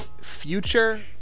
future